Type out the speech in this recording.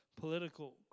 political